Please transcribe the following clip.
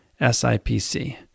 SIPC